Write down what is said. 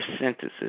sentences